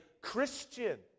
Christian